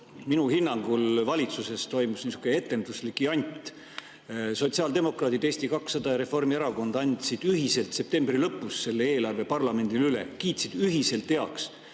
minu hinnangul valitsuses toimus niisugune etenduslik jant. Sotsiaaldemokraadid, Eesti 200 ja Reformierakond andsid ühiselt septembri lõpus selle eelarve parlamendile üle, kiitsid ühiselt heaks